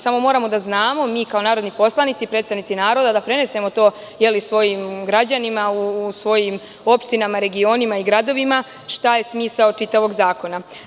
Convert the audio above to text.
Samo moramo da znamo, mi kao narodni poslanici, predstavnici naroda, da prenesemo to svojim građanima u svojim opštinama, regionima i gradovima, šta je smisao čitavog zakona.